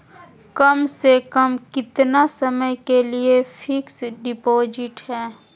कम से कम कितना समय के लिए फिक्स डिपोजिट है?